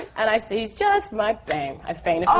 and i sang, he's just my bang, i fainted um